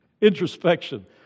Introspection